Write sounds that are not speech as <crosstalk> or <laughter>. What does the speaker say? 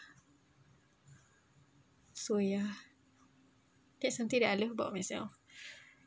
so yeah that's something that I love about myself <breath>